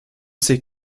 ces